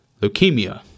leukemia